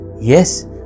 yes